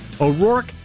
o'rourke